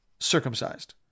circumcised